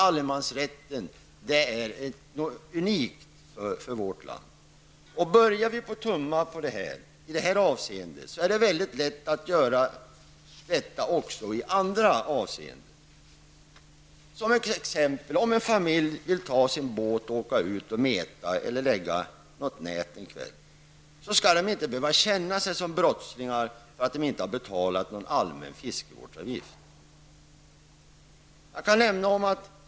Allemansrätten är någonting unikt för vårt land. Börjar vi tumma på allemansrätten i det här avseendet är det väldigt lätt att göra det även i andra avseenden. Om en familj vill ta sin båt och åka ut och meta eller lägga ut ett nät en kväll, skall de inte behöva känna sig som brottslingar därför att de inte har betalat någon allmän fiskevårdsavgift.